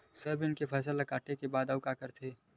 Soybean के फसल ल काटे के बाद आऊ का करथे?